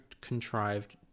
contrived